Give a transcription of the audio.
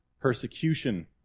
persecution